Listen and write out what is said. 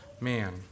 man